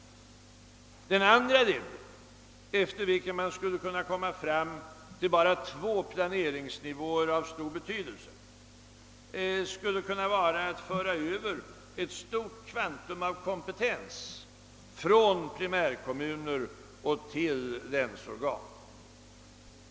En annan linje, efter vilken man skulle kunna komma fram till bara två planeringsnivåer av stor betydelse, skulle vara att föra över ett stort kvantum av kompetens från primärkommuner till länsorgan.